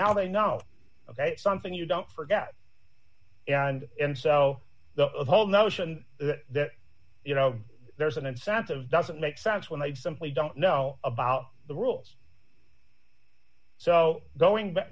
now they know something you don't forget and and so the whole notion that you know there's an incentive doesn't make sense when they simply don't know about the rules so going back